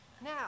Now